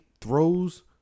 throws